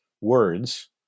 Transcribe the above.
words